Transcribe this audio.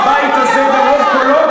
בבית הזה ברוב קולות?